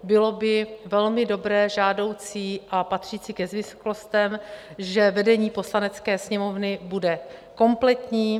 Bylo by velmi dobré a žádoucí a patřící ke zvyklostem, že vedení Poslanecké sněmovny bude kompletní.